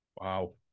Wow